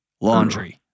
Laundry